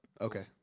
Okay